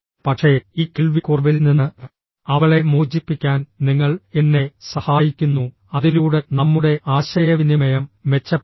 പക്ഷേ ഈ കേൾവിക്കുറവിൽ നിന്ന് അവളെ മോചിപ്പിക്കാൻ നിങ്ങൾ എന്നെ സഹായിക്കുന്നു അതിലൂടെ നമ്മുടെ ആശയവിനിമയം മെച്ചപ്പെടും